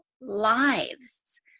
lives